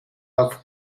auf